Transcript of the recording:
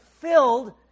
filled